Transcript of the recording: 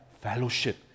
fellowship